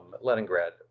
leningrad